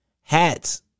Hats